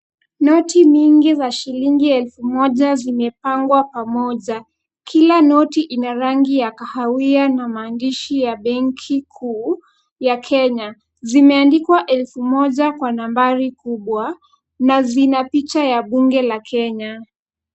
Noti nyingi za shilingi elfu moja zimepangwa pamoja. Kila noti ina rangi ya kahawia na maandishi ya benki kuu ya kenya. Zimeandikwa elfu moja kwa nambari kubwa na zina picha ya bunge.